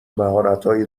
مهارتهای